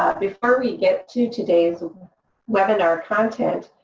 before we get to today's webinar content,